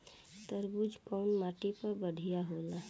तरबूज कउन माटी पर बढ़ीया होला?